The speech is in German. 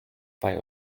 bei